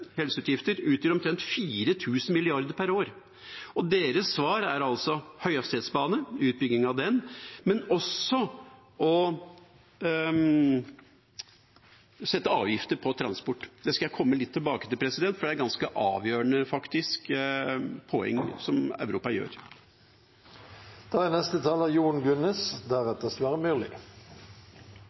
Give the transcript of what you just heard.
utgjør omtrent 4 000 mrd. kr per år. Deres svar er altså å bygge ut høyhastighetsbane, men også å legge avgifter på transport. Det skal jeg komme litt tilbake til, for det er et ganske avgjørende poeng, det Europa